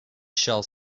shall